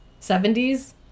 70s